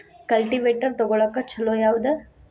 Cultivator ತೊಗೊಳಕ್ಕ ಛಲೋ ಯಾವದ?